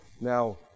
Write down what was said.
now